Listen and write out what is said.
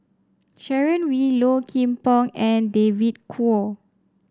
Sharon Wee Low Kim Pong and David Kwo